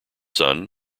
son